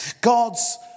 God's